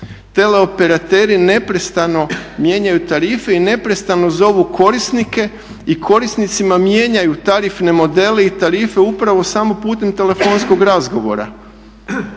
Teleoperateri neprestano mijenjaju tarife i neprestano zovu korisnike i korisnicima mijenjaju tarifne modele i tarife upravo samo putem telefonskog razgovora.